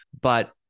But-